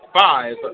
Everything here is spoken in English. five